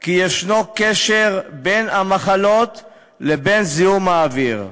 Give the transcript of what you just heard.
כי יש קשר בין המחלות לבין זיהום האוויר.